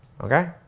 okay